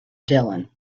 dylan